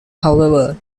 however